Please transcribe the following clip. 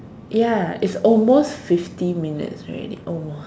ya it's almost fifty minutes already almost